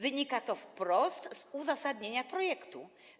Wynika to wprost z uzasadnienia projektu.